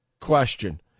question